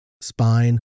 spine